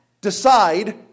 decide